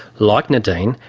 like nadine,